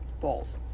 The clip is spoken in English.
Balls